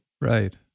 right